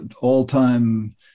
all-time